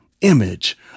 image